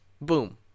boom